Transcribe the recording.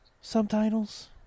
subtitles